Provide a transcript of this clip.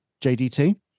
JDT